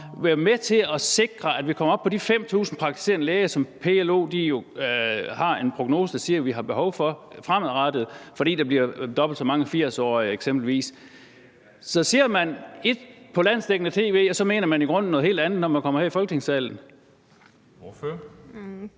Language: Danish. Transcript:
være med til at sikre, at vi kommer op på de 5.000 praktiserende læger, som PLO jo har en prognose der siger vi har behov for fremadrettet, fordi der eksempelvis bliver dobbelt så mange 80-årige. Så siger man ét på landsdækkende tv, og så mener man i grunden noget helt andet, når man kommer herned i Folketingssalen?